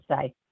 say